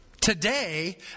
Today